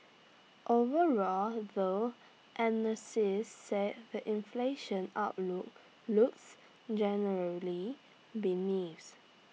overall though analysts say the inflation outlook looks generally